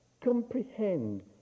comprehend